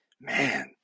Man